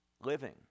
living